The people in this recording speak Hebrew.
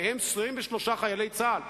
23 מהם חיילי צה"ל.